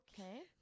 Okay